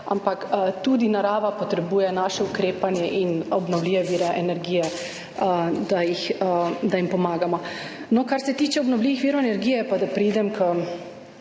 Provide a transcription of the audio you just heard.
ampak tudi narava potrebuje naše ukrepanje in obnovljive vire energije, da ji pomagamo. Kar se tiče obnovljivih virov energije, pa da preidem